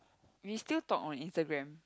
we still talk on Instagram